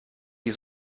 die